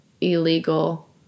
illegal